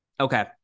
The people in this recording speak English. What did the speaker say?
Okay